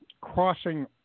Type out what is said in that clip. crossing